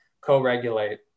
co-regulate